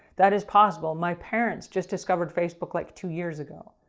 that is possible. my parents just discovered facebook like two years ago.